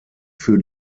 für